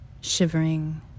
shivering